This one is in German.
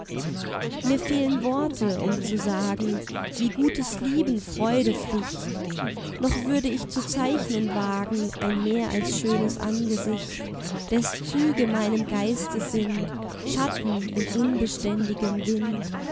mir fehlen worte um zu sagen wie gutes lieben freude flicht noch würde ich zu zeichnen wagen ein mehr als schönes angesicht des züge meinem geiste sind schatten im unbeständigen wind